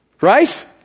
right